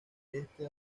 este